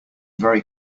very